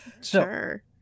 Sure